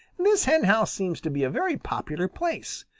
this henhouse seems to be a very popular place.